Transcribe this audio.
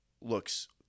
looks